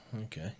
okay